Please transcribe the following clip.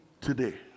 today